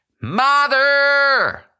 Mother